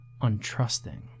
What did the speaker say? untrusting